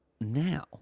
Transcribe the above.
now